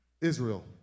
Israel